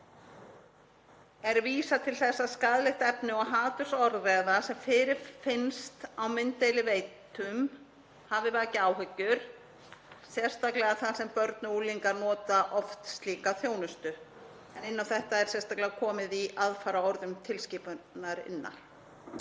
er vísað til þess að skaðlegt efni og hatursorðræða sem fyrirfinnst á mynddeiliveitum hafi vakið áhyggjur, sérstaklega þar sem börn og unglingar nota oft slíka þjónustu. Inn á þetta er sérstaklega komið í aðfaraorðum tilskipunarinnar.